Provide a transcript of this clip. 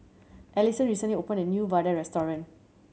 Alisson recently opened a new vadai restaurant